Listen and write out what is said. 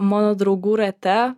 mano draugų rate